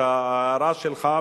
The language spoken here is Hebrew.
את ההערה שלך,